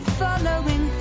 following